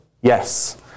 Yes